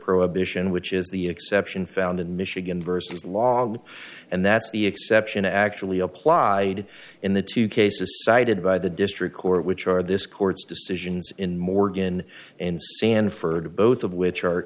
prohibition which is the exception found in michigan versus long and that's the exception actually applied in the two cases cited by the district court which are this court's decisions in morgan and sanford both of which are